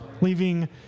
leaving